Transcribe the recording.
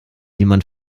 jemand